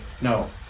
no